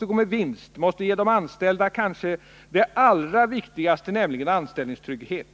lämna vinst och ge de anställda det kanske allra viktigaste, nämligen anställningstrygghet.